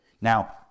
Now